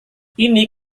ini